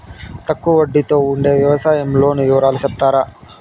తక్కువ వడ్డీ తో ఉండే వ్యవసాయం లోను వివరాలు సెప్తారా?